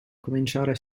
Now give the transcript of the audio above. cominciare